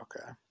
Okay